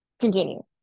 Continue